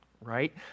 right